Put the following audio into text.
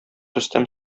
рөстәм